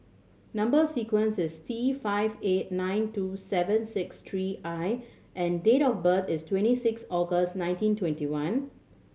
number sequence is T five eight nine two seven six three I and date of birth is twenty six August nineteen twenty one